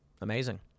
Amazing